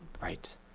Right